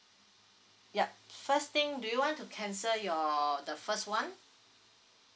yup first thing do you want to cancel your the first one